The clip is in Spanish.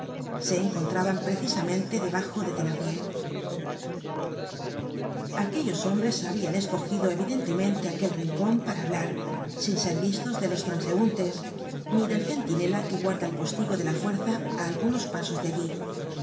se encontraban precisamente debajo de thenardier aquellos hombres habian escogido evidentemente aquel rincon para hablar sin ser vistos de los transeuntes ni del centinela que guarda el postigo de la fuerza á algunos pasos de allí